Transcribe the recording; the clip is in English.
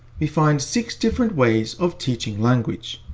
we find six different ways of teaching language.